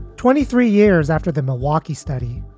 twenty three years after the milwaukee study,